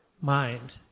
mind